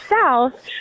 south